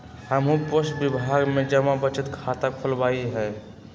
हम्हू पोस्ट विभाग में जमा बचत खता खुलवइली ह